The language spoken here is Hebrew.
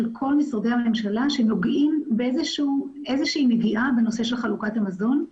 כל ממשרדי הממשלה שנוגעים איזושהי נגיעה בנושא של חלוקת המזון,